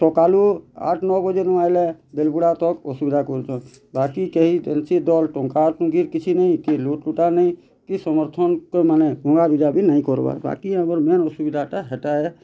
ସକାଲୁ ଆଠ୍ ନଅ ବଜେନୁ ଆଏଲେ ବେଲ୍ ବୁଡ଼ା ତକ୍ ଅସୁବିଧା କରୁଛନ୍ ବାକି କେହି କେନ୍ସି ଦଲ୍ ଟଙ୍କା ଟୁଙ୍କି କିଛି ନାହିଁ କି ଲୁଟ୍ ଲୁଟା ନାହିଁ କି ସମର୍ଥନ୍ ତ ମାନେ ଭଙ୍ଗା ରୁଜା ବି ନାହିଁ କର୍ବାର୍ ବାକି ଆମର୍ ମେନ୍ ଅସୁବିଧାଟା ହେଟା ଏ